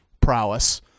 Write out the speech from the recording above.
prowess